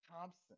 Thompson